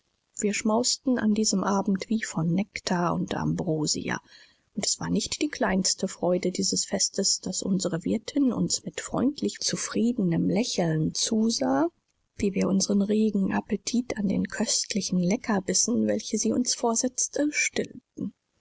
wir schmausten an diesem abend wie von nektar und ambrosia und es war nicht die kleinste freude dieses festes daß unsere wirtin uns mit freundlich zufriedenem lächeln zusah wie wir unseren regen appetit an den köstlichen leckerbissen welche sie uns vorsetzte stillten